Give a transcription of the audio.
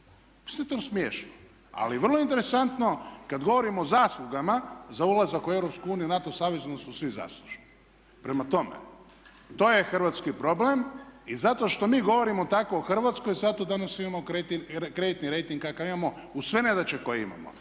se ne razumije./… ali vrlo interesantno kada govorimo o zaslugama za ulazak u Europsku uniju i NATO savez onda su svi zaslužni. Prema tome, to je hrvatski problem i zato što mi govorimo tako o Hrvatskoj zato danas imamo kreditni rejting kakav imamo uz sve nedaće koje imamo.